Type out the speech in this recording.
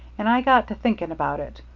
and i got to thinking about it.